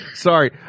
Sorry